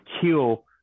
kill